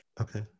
Okay